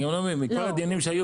לא.